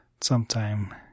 sometime